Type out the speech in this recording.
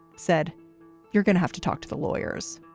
said you're going to have to talk to the lawyers.